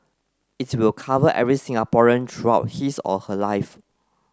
it will cover every Singaporean throughout his or her life